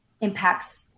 impacts